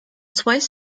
twice